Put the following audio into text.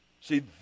See